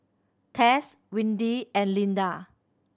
Tess Windy and Linda